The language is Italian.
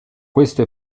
questo